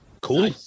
Cool